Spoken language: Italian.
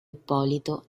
ippolito